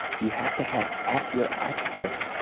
you have to have, at your access,